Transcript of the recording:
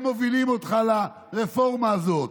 הם מובילים אותך לרפורמה הזאת.